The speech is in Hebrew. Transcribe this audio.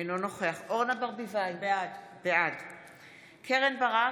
אינו נוכח אורנה ברביבאי, בעד קרן ברק,